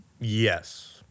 Yes